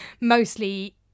mostly